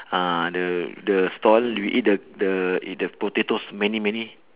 uh the the stall we eat the the eat the potatoes many many